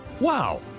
Wow